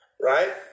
right